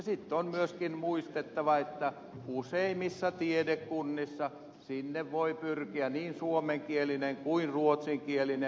sitten on myöskin muistettava että useimpiin tiedekuntiin voi pyrkiä niin suomenkielinen kuin ruotsinkielinen